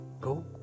Go